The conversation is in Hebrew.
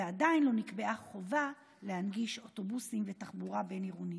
ועדיין לא נקבעה חובה להנגיש אוטובוסים ותחבורה בין-עירונית.